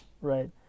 Right